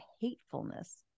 hatefulness